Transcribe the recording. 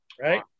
right